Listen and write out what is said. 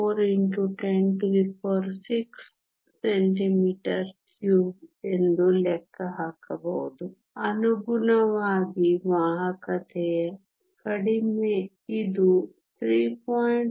4 x 106 cm3ಎಂದು ಲೆಕ್ಕ ಹಾಕಬಹುದು ಅನುಗುಣವಾಗಿ ವಾಹಕತೆ ಕಡಿಮೆ ಇದು 3